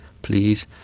please,